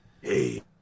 Hey